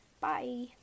Bye